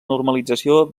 normalització